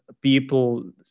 people